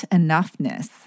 enoughness